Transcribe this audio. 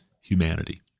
humanity